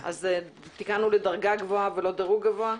תיקנו לדרגה גבוהה, ולא דירוג גבוה.